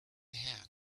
had